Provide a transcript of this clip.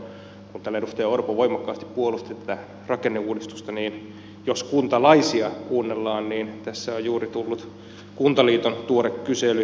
kun täällä edustaja orpo voimakkaasti puolusti tätä rakenneuudistusta niin jos kuntalaisia kuunnellaan niin tässä on juuri tullut kuntaliiton tuore kysely